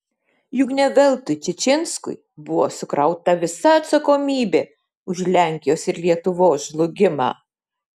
juk ne veltui čičinskui buvo sukrauta visa atsakomybė už lenkijos ir lietuvos žlugimą